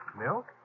Milk